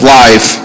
life